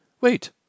Wait